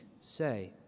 say